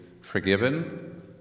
forgiven